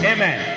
Amen